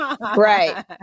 right